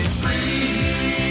free